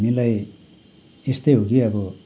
हामीलाई यस्तै हो कि अब